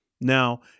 Now